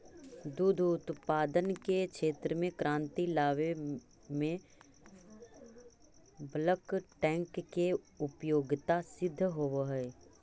दुध उत्पादन के क्षेत्र में क्रांति लावे में बल्क टैंक के उपयोगिता सिद्ध होवऽ हई